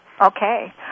Okay